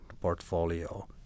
portfolio